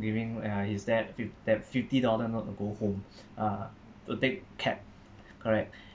giving uh his dad fif~ that fifty dollar note to go home uh to take cab correct